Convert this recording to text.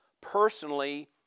personally